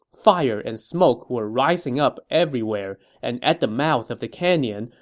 fire and smoke were rising up everywhere, and at the mouth of the canyon,